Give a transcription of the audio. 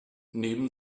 neben